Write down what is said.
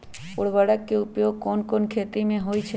उर्वरक के उपयोग कौन कौन खेती मे होई छई बताई?